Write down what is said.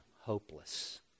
hopeless